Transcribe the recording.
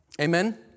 Amen